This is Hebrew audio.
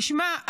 תשמע,